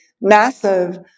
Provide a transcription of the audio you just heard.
massive